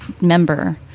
member